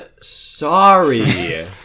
sorry